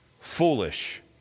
foolish